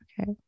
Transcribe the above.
Okay